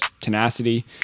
tenacity